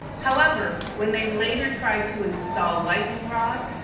however, when they later tried to install lightning rods,